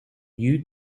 you